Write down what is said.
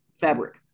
fabric